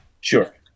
Sure